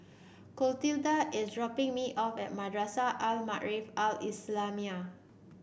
Clotilda is dropping me off at Madrasah Al Maarif Al Islamiah